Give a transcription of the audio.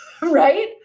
right